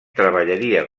treballaria